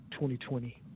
2020